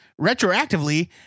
retroactively